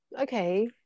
okay